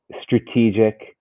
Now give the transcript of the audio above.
strategic